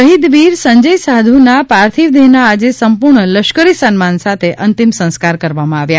શહીદવીર સંજય સાધુના પાર્થિવ હેદના આજે સંપૂર્ણ લશ્કરી સન્માન સાથે અંતિમ સંસ્કાર કરવામાં આવ્યા